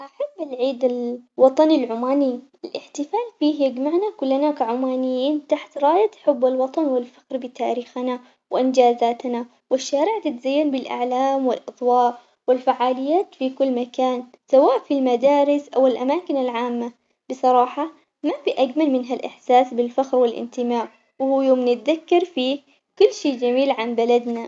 أحب العيد الوطني العماني، الاحتفال فيه يجمعنا كلنا كعمانيين تحت راية حب الوطن والفخر بتاريخنا وانجازاتنا، والشوارع تتزين بالأعلام والأضواء والفعاليات في كل مكان سواء في المدارس أو الأماكن العامة، بصراحة ما في أجمل من هالاحساس بالفخر والانتماء، هو يوم نتذكر فيه كل شي جميل عن بلدنا.